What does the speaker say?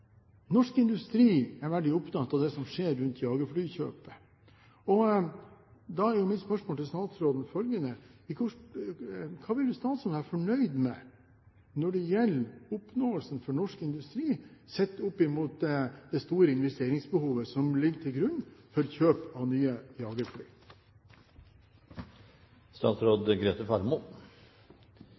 norsk industri veldig opptatt av det som skjer rundt jagerflykjøpet, og da er mitt spørsmål til statsråden følgende: Hva vil statsråden være fornøyd med når det gjelder oppnåelsen for norsk industri, sett opp mot det store investeringsbehovet som ligger til grunn for kjøp av nye